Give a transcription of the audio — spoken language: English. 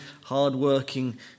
hard-working